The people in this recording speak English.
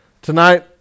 Tonight